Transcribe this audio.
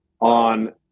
on